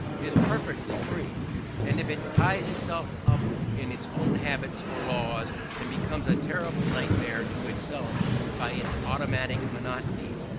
is perfectly free and if it ties itself up in its own habits or laws, and becomes a terrible nightmare to itself by its automatic monotony,